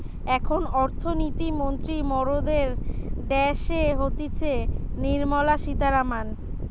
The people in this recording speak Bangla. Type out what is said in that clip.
এখন অর্থনীতি মন্ত্রী মরদের ড্যাসে হতিছে নির্মলা সীতারামান